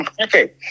okay